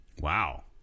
Wow